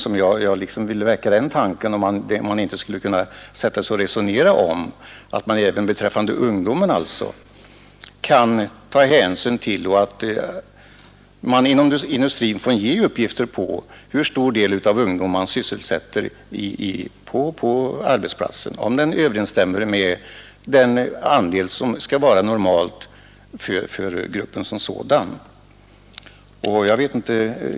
Mot den bakgrunden vill jag väcka tanken, att man på samma sätt skall kunna sätta sig ner och resonera om att hänsyn även bör tas till ungdomen. Industrin borde lämna uppgifter på hur stor andel ungdomar som sysselsätts på arbetsplatserna. Då kunde man lätt se om antalet överensstämde med den andel som kan anses normal för gruppen i fråga.